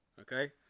Okay